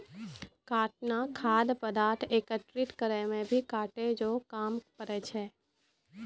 काटना खाद्य पदार्थ एकत्रित करै मे भी काटै जो काम पड़ै छै